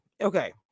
Okay